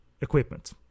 equipment